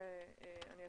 אני אסביר,